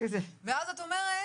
ואז את אומרת